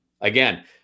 Again